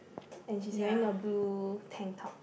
and she's wearing a blue tank top